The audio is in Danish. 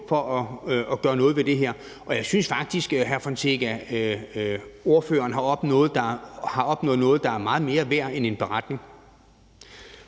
for at gøre noget ved det her. Jeg synes faktisk, at ordføreren har opnået noget, der er meget mere værd end en beretning.